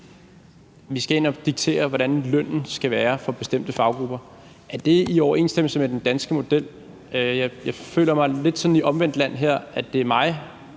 vi skal ind at diktere, hvordan lønnen skal være for bestemte faggrupper. Er det i overensstemmelse med den danske model? Jeg føler mig lidt sådan i omvendt land her, nemlig at det er mig